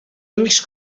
amics